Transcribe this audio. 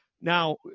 now